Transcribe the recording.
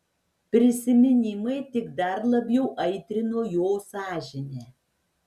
prisiminimai tik dar labiau aitrino jo sąžinę